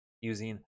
using